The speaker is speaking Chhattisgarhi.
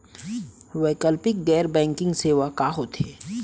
वैकल्पिक गैर बैंकिंग सेवा का होथे?